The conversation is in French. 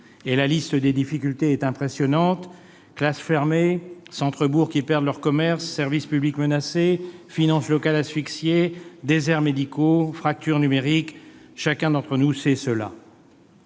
La liste des difficultés est impressionnante : classes fermées, centres-bourgs qui perdent leurs commerces, services publics menacés, finances locales asphyxiées, déserts médicaux, fracture numérique ... Chacun d'entre nous sait cela.